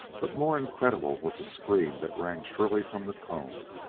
but more incredible was the scream that rang shrilly from the cone.